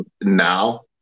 now –